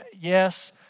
yes